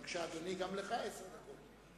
בבקשה, אדוני, גם לך עשר דקות.